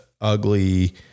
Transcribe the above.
ugly